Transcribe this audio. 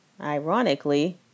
ironically